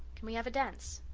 can we have a dance?